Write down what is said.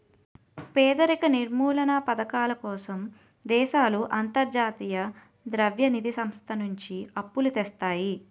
పేదరిక నిర్మూలనా పధకాల కోసం దేశాలు అంతర్జాతీయ ద్రవ్య నిధి సంస్థ నుంచి అప్పులు తెస్తాయి